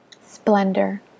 Splendor